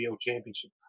championship